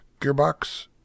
gearbox